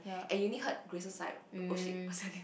and you only heard Grace's side oh shit what's your name